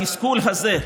אין לכם, בתסכול הזה,